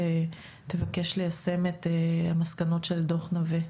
תבקש ליישם את המסקנות של דוח נווה.